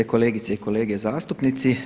Kolegice i kolege zastupnici.